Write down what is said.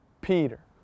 Peter